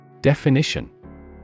definition